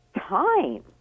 time